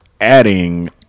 adding